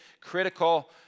critical